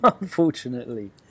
unfortunately